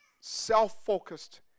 self-focused